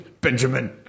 Benjamin